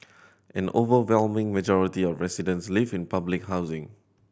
an overwhelming majority of residents live in public housing